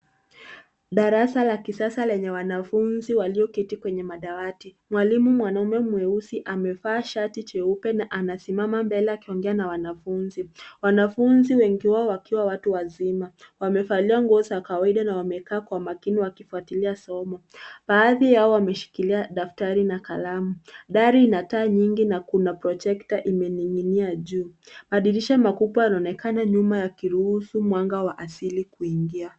Darasa la kisasa lenye wanafunzi walioketi kwenye madawati. Mwalimu mwanaume mweusi amevaa shati cheupe na anasimama mbele akiongea na wanafunzi. Wanafunzi wengi wao wakiwa watu wazima wamevalia nguo za kawaida na wamekaa kwa makini wakifuatilia somo. Baadhi yao wameshikilia daftari na kalamu. Dari ina taa nyingi na kuna projekta imening'inia juu. Madirisha makubwa yanaonekana nyuma yakiruhusu mwanga wa asili kuingia.